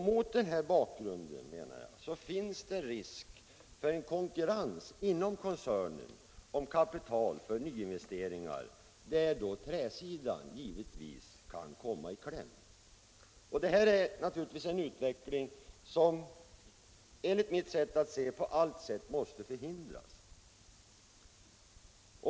Mot denna bakgrund menar jag att det finns risk för en konkurrens inom koncernen om kapital för nyinvesteringar, där då träsidan givetvis kan komma i kläm. Denna utveckling måste enligt mitt sätt att se på allt sätt förhindras. Varför?